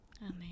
Amen